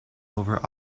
over